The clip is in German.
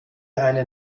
eine